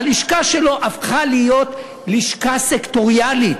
הלשכה שלו הפכה להיות לשכה סקטוריאלית.